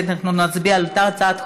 להצביע.